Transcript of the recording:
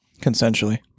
Consensually